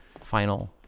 final